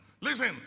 Listen